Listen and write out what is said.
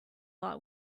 lot